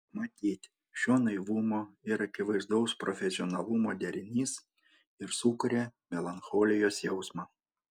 matyt šio naivumo ir akivaizdaus profesionalumo derinys ir sukuria melancholijos jausmą